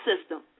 system